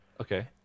okay